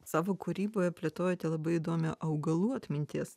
savo kūryboje plėtojate labai įdomią augalų atminties